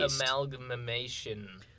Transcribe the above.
amalgamation